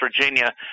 Virginia